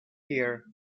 here